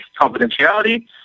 confidentiality